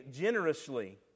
generously